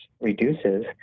reduces